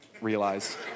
realize